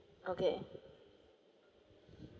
okay